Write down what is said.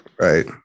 right